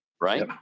Right